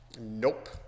nope